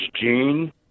gene